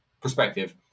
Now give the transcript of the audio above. perspective